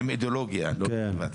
עם אידיאולוגיה, לא מוטיבציה.